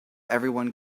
everyone